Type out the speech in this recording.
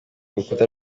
rukuta